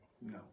No